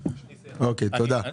תודה.